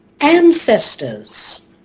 ancestors